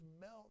melt